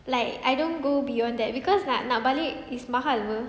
like I don't go beyond that cause nak nak balik is mahal [pe]